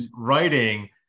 writing